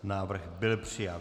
Návrh byl přijat.